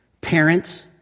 parents